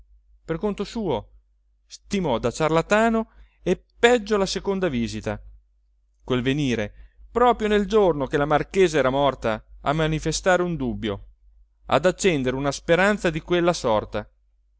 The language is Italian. per conto suo stimò da ciarlatano e peggio la seconda visita quel venire proprio nel giorno che la marchesa era morta a manifestare un dubbio ad accendere una speranza di quella sorta